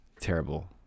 terrible